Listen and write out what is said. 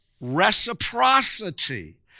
reciprocity